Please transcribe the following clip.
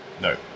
no